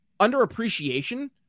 underappreciation